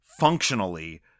Functionally